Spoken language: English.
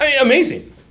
amazing